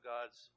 God's